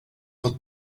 would